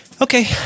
Okay